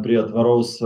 prie tvaraus